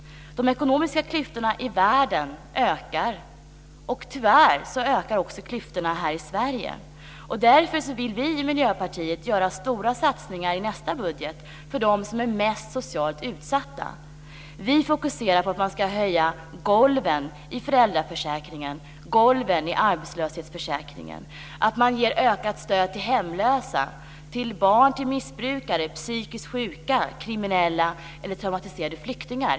De ekonomiska klyftorna i världen ökar, och tyvärr ökar också klyftorna här i Därför vill vi i Miljöpartiet göra stora satsningar i nästa budget för dem som är mest socialt utsatta. Vi fokuserar på att man ska höja golven i föräldraförsäkringen och arbetslöshetsförsäkringen, ge ökat stöd till hemlösa, barn till missbrukare, psykiskt sjuka, kriminella eller traumatiserade flyktingar.